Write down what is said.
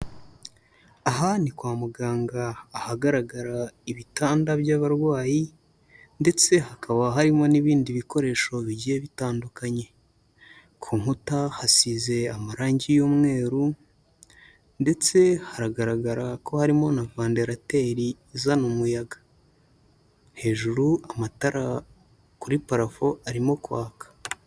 Aha ni kwa muganga ahagaragara ibitanda by'abarwayi ndetse hakaba harimo n'ibindi bikoresho bigiye bitandukanye, ku nkuta hasize amarangi y'umweru ndetse haragaragara ko harimo na vandarateri izana umuyaga, hejuru amatara kuri parafo arimo kwaka.